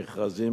מכרזים,